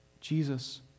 Jesus